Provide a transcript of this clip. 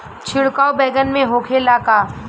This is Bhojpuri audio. छिड़काव बैगन में होखे ला का?